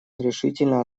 решительно